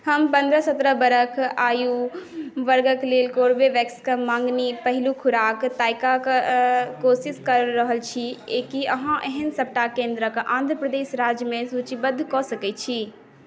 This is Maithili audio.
हम पन्द्रह सत्रह बरख आयु वर्गक लेल कोरबेवेक्स के मँगनी पहिल खुराक ताकयके कोशिश कऽ रहल छी की अहाँ एहन सबटा केंद्रक आंध्र प्रदेश राज्य मे सूचीबद्ध कऽ सकैत छी